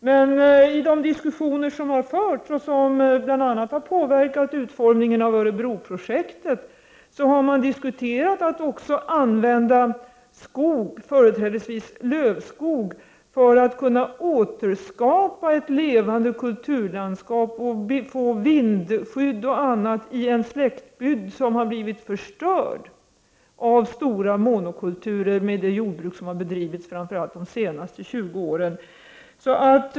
Men i de diskussioner som har förts, och som bl.a. har påverkat utformningen av Örebroprojektet, har man diskuterat att också använda skog, företrädesvis lövskog, för att kunna återskapa ett levande kulturlandskap och få vindskydd i en slättbygd som har blivit förstörd av stora monokulturer med det jordbruk som har bedrivits, framför allt under de senaste 20 åren.